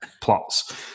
plots